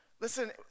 Listen